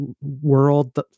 world